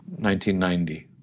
1990